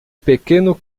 pequeno